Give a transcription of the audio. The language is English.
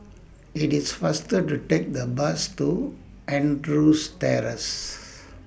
IT IS faster to Take The Bus to Andrews Terrace